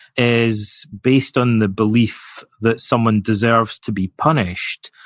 is based on the belief that someone deserves to be punished,